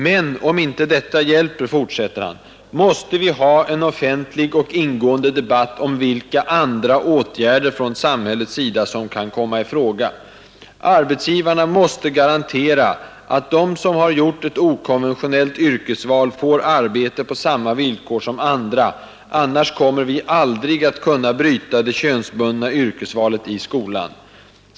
Men om inte detta hjälper, måste vi ha en offentlig och ingående debatt om vilka andra åtgärder från samhällets sida som kan komma i fråga. Arbetsgivarna måste garantera att de som har gjort ett okonventionellt yrkesval får arbete på samma villkor som andra, annars kommer vi aldrig att kunna bryta det könsbundna yrkesvalet i skolan.